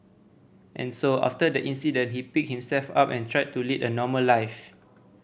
and so after the accident he picked himself up and tried to lead a normal life